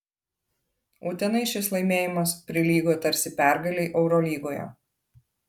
utenai šis laimėjimas prilygo tarsi pergalei eurolygoje